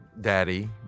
daddy